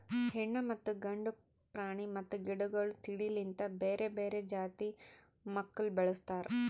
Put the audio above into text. ಹೆಣ್ಣು ಮತ್ತ ಗಂಡು ಪ್ರಾಣಿ ಮತ್ತ ಗಿಡಗೊಳ್ ತಿಳಿ ಲಿಂತ್ ಬೇರೆ ಬೇರೆ ಜಾತಿ ಮಕ್ಕುಲ್ ಬೆಳುಸ್ತಾರ್